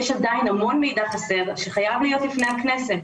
עדיין המון מידע חסר והוא חייב להיות לפני הכנסת.